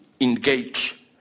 engage